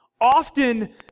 Often